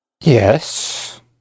Yes